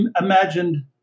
imagined